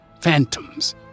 phantoms